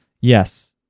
Yes